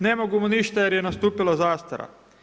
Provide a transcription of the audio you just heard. Ne mogu mu ništa jer je nastupila zastara.